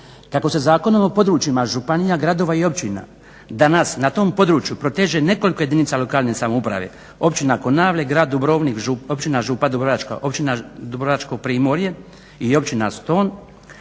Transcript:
Kako se Zakonom o područjima županija, gradova i općina danas na tom području proteže nekoliko jedinica lokalne samouprave općina Konavle, grad Dubrovnik, općina Župa Dubrovačka, općina Dubrovačko primorje i općina Ston